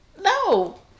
No